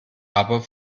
aber